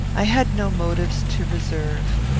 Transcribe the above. i had no motives to reserve.